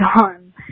gone